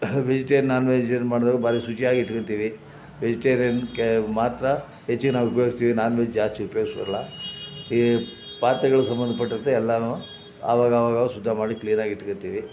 ವೆಜಿಟೇನ್ non vegetarian ಮಾಡಿದಾಗ ಭಾರಿ ಶುಚಿಯಾಗಿ ಇಟ್ಕೋತಿವಿ ವೆಜಿಟೇರಿಯನ್ ಕೆ ಮಾತ್ರ ಹೆಚ್ಚಿಗೆ ನಾವು ಉಪ್ಯೋಗಿಸ್ತಿವಿ ನಾನ್ವೆಜ್ ಜಾಸ್ತಿ ಉಪಯೋಗ್ಸೊಲ್ಲಾ ಈ ಪಾತ್ರೆಗಳು ಸಂಬಂಧಪಟ್ಟಂತೆ ಎಲ್ಲಾ ಆವಾಗಾವಾಗ ಶುದ್ಧಮಾಡಿ ಕ್ಲೀನಾಗಿ ಇಟ್ಕೋತಿವಿ